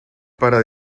para